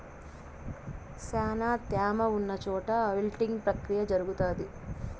శ్యానా త్యామ ఉన్న చోట విల్టింగ్ ప్రక్రియ జరుగుతాది